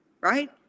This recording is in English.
Right